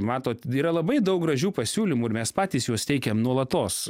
matot yra labai daug gražių pasiūlymų ir mes patys juos teikiam nuolatos